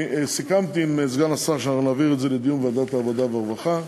אני סיכמתי עם סגן השר שאנחנו נעביר את זה לדיון בוועדת העבודה והרווחה,